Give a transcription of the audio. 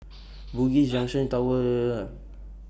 Bugis Junction Tower